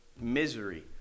misery